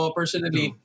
personally